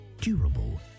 durable